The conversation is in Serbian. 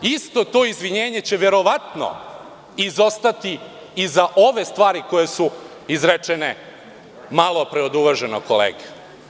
Isto to izvinjenje će verovatno izostati i za ove stvari koje su izrečene malopre od uvaženog kolege.